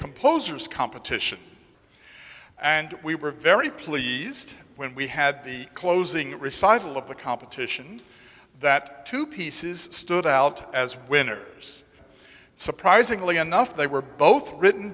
composer's competition and we were very pleased when we had the closing recital of the competition that two pieces stood out as winners surprisingly enough they were both written